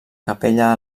capella